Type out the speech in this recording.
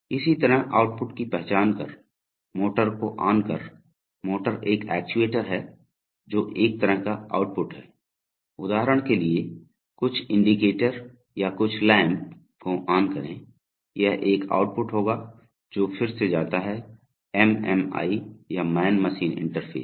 इसी तरह आउटपुट की पहचान कर मोटर को ऑन कर मोटर एक एक्ट्यूएटर है जो एक तरह का आउटपुट है उदाहरण के लिए कुछ इंडिकेटर या कुछ लैंप को ऑन करें यह एक आउटपुट होगा जो फिर से जाता है एम् एम् आई या मैन मशीन इंटरफ़ेस